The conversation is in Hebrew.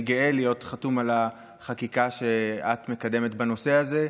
אני גאה להיות חתום על החקיקה שאת מקדמת בנושא הזה.